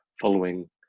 following